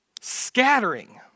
Scattering